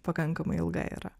pakankamai ilga yra